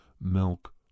milk